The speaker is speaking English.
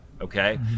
okay